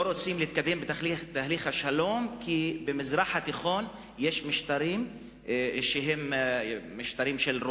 רוצים להתקדם בתהליך השלום כי במזרח התיכון יש משטרים שהם רודניים,